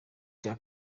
cya